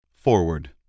Forward